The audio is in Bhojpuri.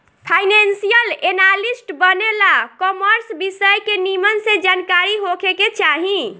फाइनेंशियल एनालिस्ट बने ला कॉमर्स विषय के निमन से जानकारी होखे के चाही